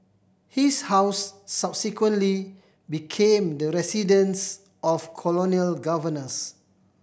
his house subsequently became the residence of colonial governors